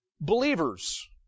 believers